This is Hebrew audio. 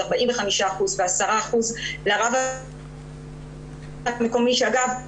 45% ו-10% --- מקומי שאגב,